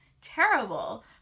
terrible